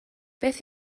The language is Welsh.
beth